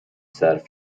صرف